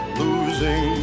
losing